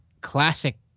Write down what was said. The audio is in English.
classic